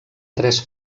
tres